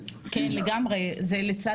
וגם אנחנו